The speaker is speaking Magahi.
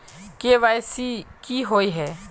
के.वाई.सी की हिये है?